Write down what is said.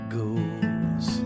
goes